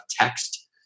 text